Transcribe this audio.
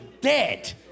dead